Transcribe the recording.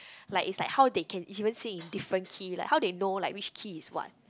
like it's like how they can even sing in different key like how they know like which key is what